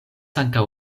ankaŭ